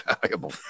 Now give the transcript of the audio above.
valuable